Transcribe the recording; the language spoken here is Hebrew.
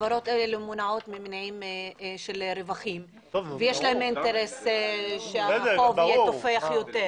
החברות האלה מונעות ממניעים של רווחים ויש להן אינטרס שהחוב יתפח יותר.